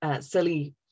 Silly